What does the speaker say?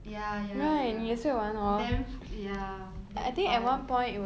ya ya ya damn ya damn fun